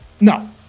No